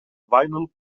vinyl